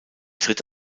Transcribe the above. tritt